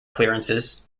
clearances